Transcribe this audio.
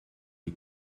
die